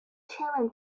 chairman